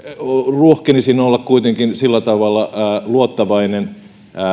rohkenisin olla kuitenkin sillä tavalla luottavainen